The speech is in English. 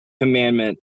commandment